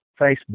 Facebook